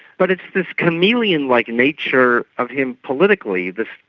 but it's this chameleon-like nature of him politically, but